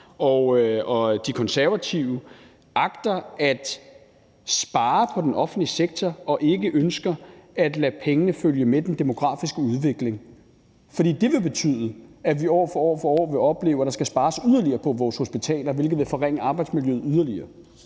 De Konservative, agter at spare på den offentlige sektor og ikke ønsker at lade pengene følge med den demografiske udvikling. For det vil betyde, at vi år for år for år vil opleve, at der skal spares yderligere på vores hospitaler, hvilket vil forringe arbejdsmiljøet yderligere.